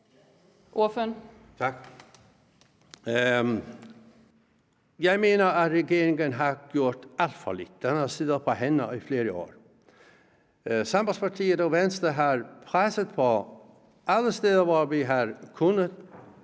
Jeg mener, at regeringen har gjort alt for lidt. Den har siddet på sine hænder i flere år. Sambandspartiet og Venstre har presset på alle steder, hvor vi har kunnet,